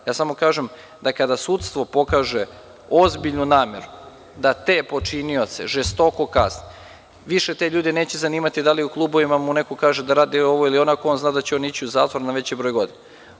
Samo kažem da kada sudstvo pokaže ozbiljnu nameru da te počinioce žestoko kazni više te ljude neće zanimati da li u klubovima mu neko kaže da radi ovo ili ono, ako on zna da će ići u zatvor na veći broj godina.